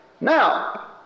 now